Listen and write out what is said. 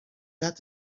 that